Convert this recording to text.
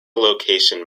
location